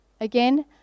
again